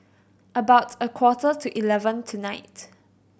about a quarter to eleven tonight